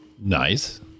Nice